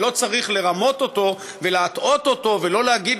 ולא צריך לרמות אותו ולהטעות אותו ולא להגיד